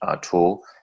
tool